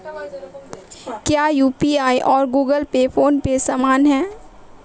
क्या यू.पी.आई और Google pay PhonePe समान हैं?